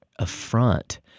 Affront